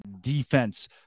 defense